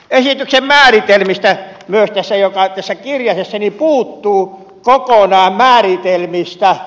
esityksen määritelmistä myös tässä kirjasessa puuttuu kokonaan turve